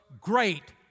great